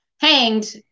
hanged